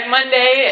Monday